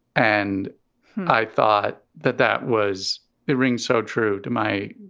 and i thought that that was the ring so true to my.